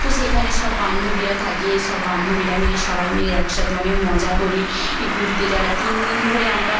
তো সেখানে সব বান্ধবীরা থাকে সব বান্ধবীরা মিলে সবাই মিলে একসাথে অনেক মজা করি ই ঘুরতে যাই তিন দিন ধরে আমরা